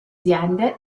aziende